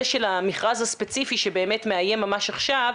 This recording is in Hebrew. של המכרז הספציפי שבאמת מאיים ממש עכשיו,